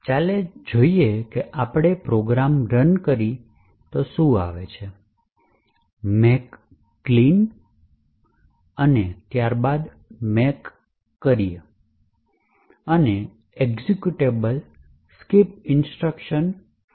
ચાલો જોઈએ કે આપણે શું ચલાવ્યું તે પહેલાં make clean અને પછી make કરીયે અને એક્ઝેક્યુટેબલ skipinstruction મળે છે